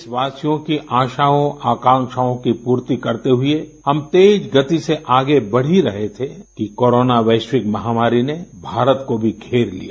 देशवासियों की आशाओं आकांक्षाओं की पूर्ति करते हुए हम तेज गति से आगे बढ़ ही रहे थे कि कोरोना वैश्विक महामारी ने भारत को भी घेर लिया